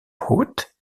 haute